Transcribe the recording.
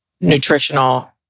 Nutritional